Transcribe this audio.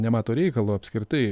nemato reikalo apskritai